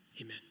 Amen